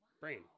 brain